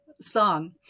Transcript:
song